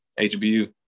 HBU